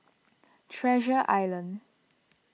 Treasure Island